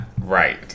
right